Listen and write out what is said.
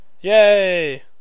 Yay